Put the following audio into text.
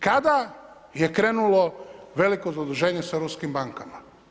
Kada je krenulo veliko zaduženje sa europskim bankama?